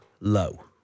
low